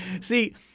See